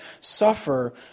suffer